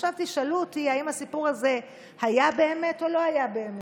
עכשיו תשאלו אותי: האם הסיפור הזה היה באמת או לא היה באמת?